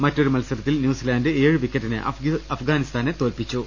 മറ്റൊരു മത്സരത്തിൽ ന്യൂസിലാൻഡ് ഏഴ് വിക്കറ്റിന് അഫ്ഗാനിസ്ഥാനെ തോൽപ്പിച്ചു